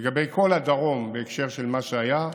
לגבי כל הדרום בהקשר של מה שהיה,